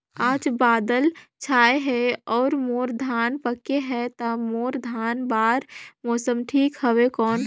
आज बादल छाय हे अउर मोर धान पके हे ता मोर धान बार मौसम ठीक हवय कौन?